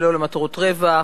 שלא למטרות רווח,